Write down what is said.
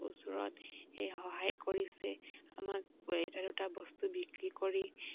ওচৰত সহায় কৰিছে আমাক এটা দুটা বস্তু বিক্ৰী কৰি